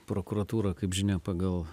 prokuratūra kaip žinia pagal